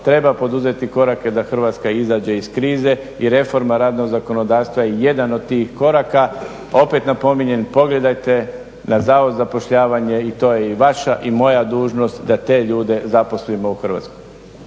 treba poduzeti korake da Hrvatska izađe iz krize i reforma radnog zakonodavstva je i jedan od tih koraka. Opet napominjem, pogledajte na Zavod za zapošljavanje i to je i vaša i moja dužnost da te ljude zaposlimo u Hrvatskoj.